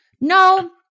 no